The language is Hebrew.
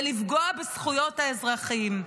ולפגוע בזכויות האזרחים.